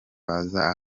bazaga